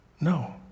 No